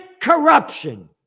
corruption